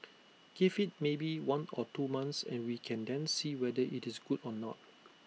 give IT maybe one or two months and we can then see whether IT is good or not